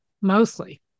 mostly